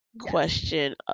question